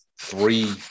three